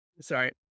sorry